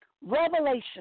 Revelation